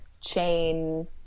chain